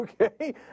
Okay